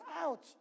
out